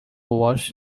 wash